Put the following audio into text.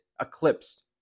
eclipsed